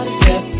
step